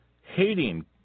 hating